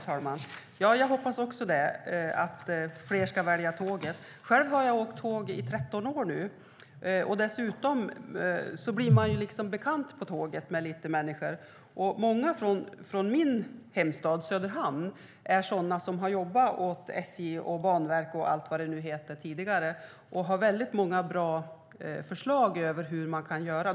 Herr talman! Jag hoppas också att fler ska välja tåget. Själv har jag åkt tåg i 13 år nu. Man blir bekant med människor på tåget. Många från min hemstad Söderhamn är sådana som har jobbat åt SJ och Banverket tidigare. De har många bra förslag på hur man kan göra.